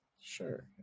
Sure